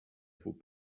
faut